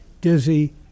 Dizzy